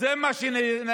זה מה שנעשה.